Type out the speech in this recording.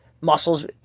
muscles